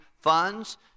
funds